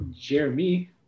Jeremy